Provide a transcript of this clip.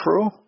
true